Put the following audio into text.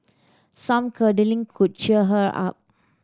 some cuddling could cheer her up